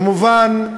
כמובן,